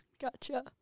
Gotcha